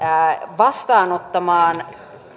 vastaanottamaan